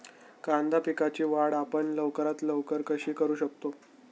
कांदा पिकाची वाढ आपण लवकरात लवकर कशी करू शकतो?